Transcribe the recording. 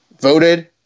voted